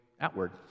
outward